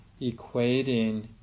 equating